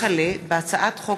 הצעת חוק